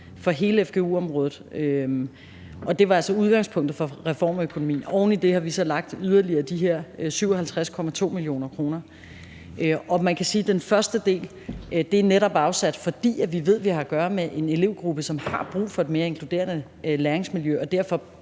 for hele fgu-området. Det var altså udgangspunktet for reformen af økonomien. Oven i det har vi så lagt yderligere de her 57,2 mio. kr. Og man kan sige, at den første del netop er afsat, fordi vi ved, at vi har at gøre med en elevgruppe, som har brug for et mere inkluderende læringsmiljø og derfor